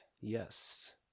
yes